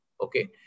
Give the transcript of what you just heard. Okay